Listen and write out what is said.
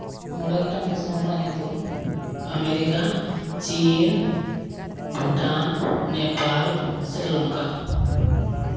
ᱢᱚᱬᱮ ᱜᱚᱴᱟᱝ ᱫᱤᱥᱚᱢ ᱨᱮᱭᱟᱜ ᱧᱩᱛᱩᱢ ᱟᱢᱮᱨᱤᱠᱟ ᱪᱤᱱ ᱵᱷᱩᱴᱟᱱ ᱱᱮᱯᱟᱞ ᱥᱨᱤᱞᱚᱝᱠᱟ